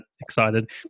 excited